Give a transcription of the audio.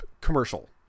commercial